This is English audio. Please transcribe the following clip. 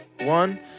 one